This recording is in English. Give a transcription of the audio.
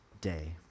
day